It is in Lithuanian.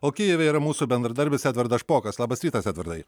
o kijeve yra mūsų bendradarbis edvardas špokas labas rytas edvardai